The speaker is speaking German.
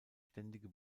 ständige